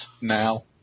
Now